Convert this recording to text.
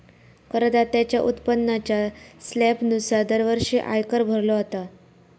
करदात्याच्या उत्पन्नाच्या स्लॅबनुसार दरवर्षी आयकर भरलो जाता